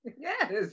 Yes